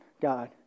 God